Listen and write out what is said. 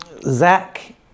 Zach